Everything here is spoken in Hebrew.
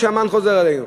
ואז תראו שהמן חוזר אלינו.